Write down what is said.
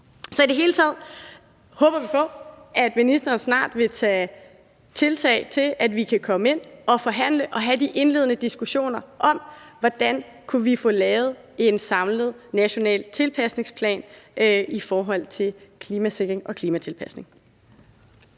Så i det hele taget håber vi på, at ministeren snart vil tage tiltag til, at vi kan komme ind og forhandle og have de indledende diskussioner om, hvordan vi kunne få lavet en samlet national tilpasningsplan i forhold til klimasikring og klimatilpasningen.